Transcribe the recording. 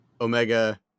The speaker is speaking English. omega